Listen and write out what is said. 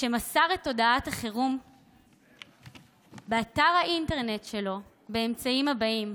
את הודעת החירום באתר האינטרנט שלו באמצעים הבאים: